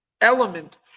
element